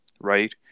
right